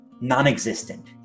non-existent